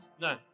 No